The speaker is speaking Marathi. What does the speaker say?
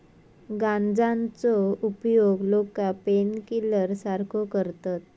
गांजाचो उपयोग लोका पेनकिलर सारखो करतत